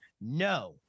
No